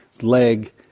leg